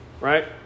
right